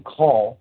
call